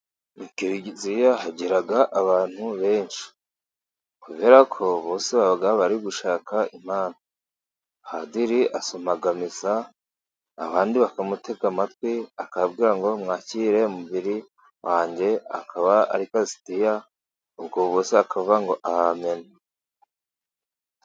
Ku kiriziya hagera abantu benshi. Kubera ko bose baba bari gushaka Imana. Padiri asoma misa, abandi bakamutega amatwi. Akabambwira ngo mwakire umubiri wanjye. Akaba ari ukarisitiya. ubwo bose bakavuga ngo amena.